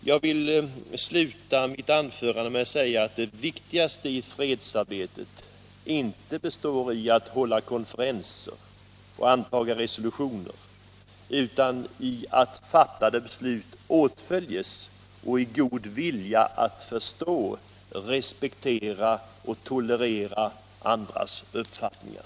Jag vill sluta mitt anförande med att säga att det viktigaste i fredsarbetet inte består i att hålla konferenser och anta resolutioner utan i att fattade beslut åtföljs, i god vilja att förstå, respektera och tolerera andras uppfattningar.